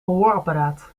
gehoorapparaat